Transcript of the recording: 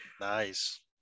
nice